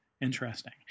Interesting